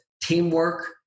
teamwork